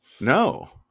No